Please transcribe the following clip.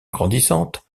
grandissante